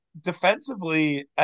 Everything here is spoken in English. defensively